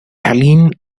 helene